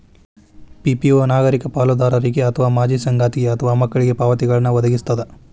PPO ನಾಗರಿಕ ಪಾಲುದಾರರಿಗೆ ಅಥವಾ ಮಾಜಿ ಸಂಗಾತಿಗೆ ಅಥವಾ ಮಕ್ಳಿಗೆ ಪಾವತಿಗಳ್ನ್ ವದಗಿಸ್ತದ